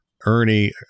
Ernie –